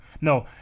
no